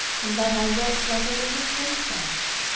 and that i looked like a little princess.